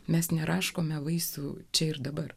mes neraškome vaisių čia ir dabar